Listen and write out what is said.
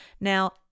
Now